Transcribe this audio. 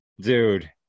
Dude